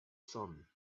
sun